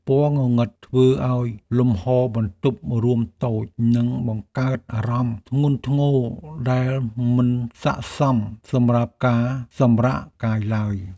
ពណ៌ងងឹតធ្វើឱ្យលំហរបន្ទប់រួមតូចនិងបង្កើតអារម្មណ៍ធ្ងន់ធ្ងរដែលមិនស័ក្តិសមសម្រាប់ការសម្រាកកាយឡើយ។